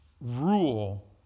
rule